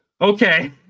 okay